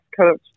coach